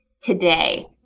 today